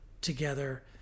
together